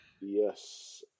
Yes